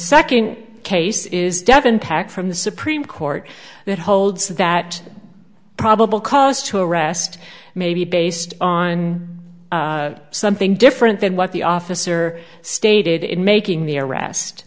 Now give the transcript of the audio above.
second case is devon pack from the supreme court that holds that probable cause to arrest may be based on something different than what the officer stated in making the